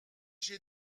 j’ai